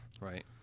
Right